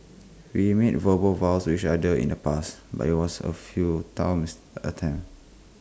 we made verbal vows to each other in the past but IT was A attempt